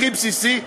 הכי בסיסי,